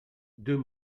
deux